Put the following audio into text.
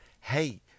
Hey